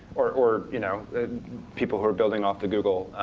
or or you know people who are building off the google